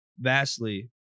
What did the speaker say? vastly